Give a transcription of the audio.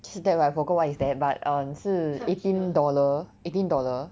就是 that but I forgot what is that but err 是 eighteen dollar eighteen dollar